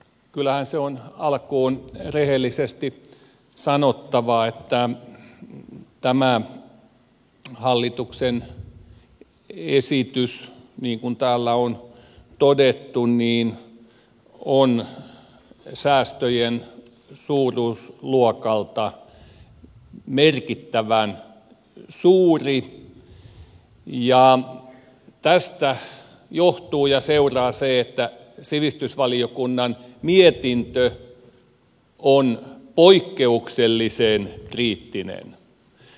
kyllähän se on alkuun rehellisesti sanottava että tässä hallituksen esityksessä niin kuin täällä on todettu säästöt ovat suuruusluokaltaan merkittävän suuret ja tästä johtuu ja seuraa se että sivistysvaliokunnan mietintö on poikkeuksellisen kriittinen